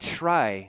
try